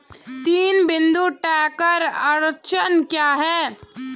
तीन बिंदु ट्रैक्टर अड़चन क्या है?